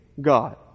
God